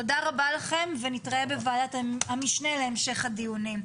תודה רבה לכם ונתראה בוועדת המשנה להמשך הדיונים.